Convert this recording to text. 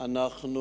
אנחנו